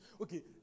Okay